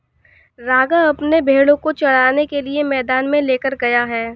राघव अपने भेड़ों को चराने के लिए मैदान में लेकर गया है